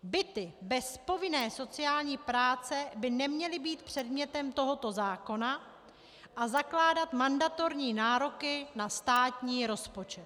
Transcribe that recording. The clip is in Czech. Byty bez povinné sociální práce by neměly být předmětem tohoto zákona a zakládat mandatorní nároky na státní rozpočet.